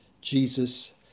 Jesus